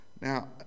Now